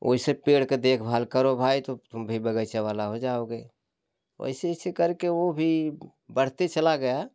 वैसे पेड़ को देखभाल करो भाई तो तुम भी बगीचा वाला हो जाओगे वैसे ऐसे करके वो भी बढ़ते चला गया